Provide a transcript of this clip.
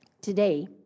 Today